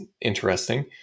interesting